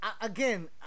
again